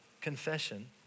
confession